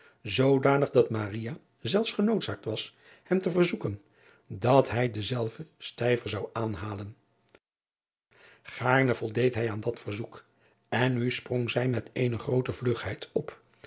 zoodanig dat zelfs genoodzaakt was hem te verzoeken dat hij dezelve stijver zou aanhalen aarne voldeed hij aan dat verzoek en nu sprong zij met eene groote vlugheid op